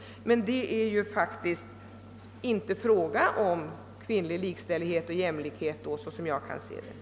Det är faktiskt inte fråga om kvinnlig likställighet och jämlikhet såvitt jag förstår.